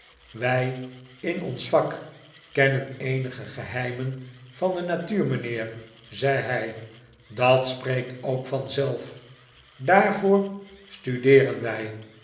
wij in ons vak kennen eenige geheimen van de natuur mijnheer zei hij dat spreekt ook vanzelf daarvoor studeeren wij